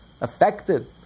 Affected